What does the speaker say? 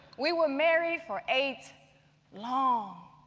we were married for eight long,